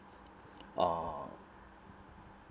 uh